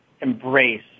embrace